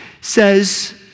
says